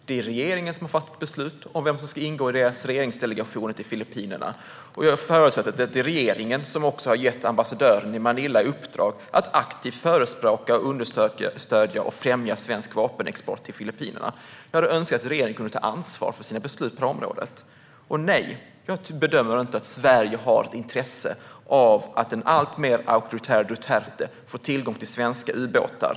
Det är regeringen som fattar beslut om vem som ska ingå i regeringsdelegationen till Filippinerna, och jag förutsätter att det också är regeringen som har gett ambassadören i Manila i uppdrag att aktivt förespråka, understödja och främja svensk vapenexport till Filippinerna. Jag hade önskat att regeringen kunde ta ansvar för sina beslut på området. Nej, jag bedömer inte att Sverige har ett intresse av att en alltmer auktoritär Duterte får tillgång till svenska ubåtar.